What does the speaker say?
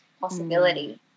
possibility